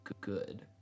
good